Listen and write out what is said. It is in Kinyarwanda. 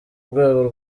rwego